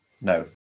No